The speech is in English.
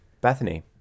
bethany